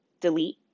delete